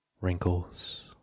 Wrinkles